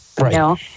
Right